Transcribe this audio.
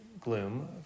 gloom